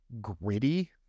gritty